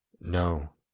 No